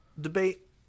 debate